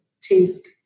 take